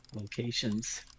locations